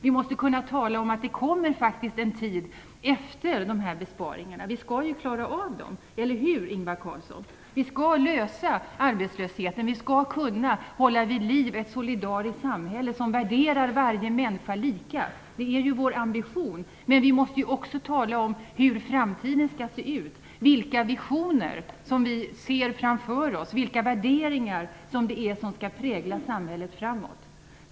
Vi måste kunna tala om att det kommer en tid efter det att besparingarna är gjorda. Vi skall ju klara av dem. Eller hur, Ingvar Carlsson? Vi skall klara arbetslösheten. Vi skall kunna hålla ett solidariskt samhälle vid liv, som värderar varje människa lika. Det är ju vår ambition. Men vi måste också tala om hur framtiden skall se ut, vilka visioner vi ser framför oss, vilka värderingar som skall prägla samhället i framtiden.